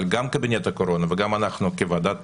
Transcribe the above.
אבל גם קבינט הקורונה וגם אנחנו כוועדת